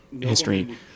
history